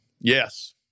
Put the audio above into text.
Yes